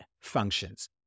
functions